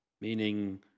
meaning